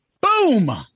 Boom